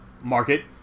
market